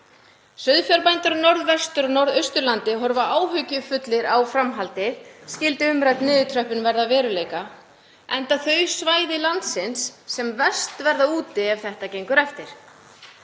Sauðfjárbændur á Norðvestur- og Norðausturlandi horfa áhyggjufullir á áframhaldið, skyldi umrædd niðurtröppun verða að veruleika, enda þau svæði landsins sem verst verða úti ef þetta gengur eftir.